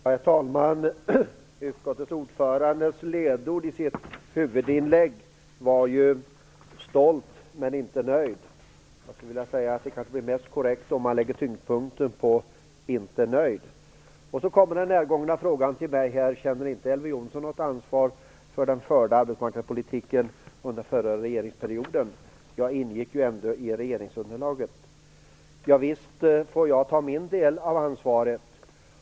Herr talman! Ledordet i utskottsordförandens huvudinlägg var "stolt men inte nöjd". Det blir kanske mest korrekt om man lägger tyngdpunkten vid "inte nöjd". Vad gäller den närgångna frågan om Elver Jonsson inte känner något ansvar för den arbetsmarknadspolitik som fördes under den gångna regeringsperioden - jag ingick ju ändå i regeringsunderlaget - vill jag säga: Visst får jag ta min del av ansvaret.